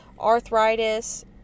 arthritis